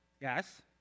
yes